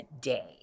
day